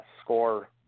score